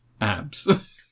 abs